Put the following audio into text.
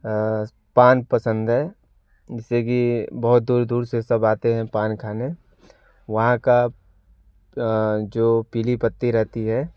पान पसंद है जैसे कि बहुत दूर दूर से सब आते हैं पान खाने वहाँ का जो पीली पत्ती रहती है